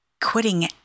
Quitting